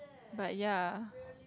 but ya